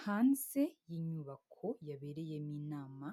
Hanze y'inyubako yabereyemo inama